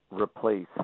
replace